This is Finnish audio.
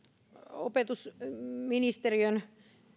opetusministeriön